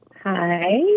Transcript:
Hi